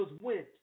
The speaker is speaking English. went